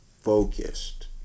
focused